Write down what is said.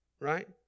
Right